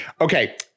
Okay